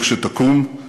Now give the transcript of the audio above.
לכשתקום,